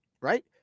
right